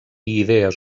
idees